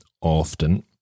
often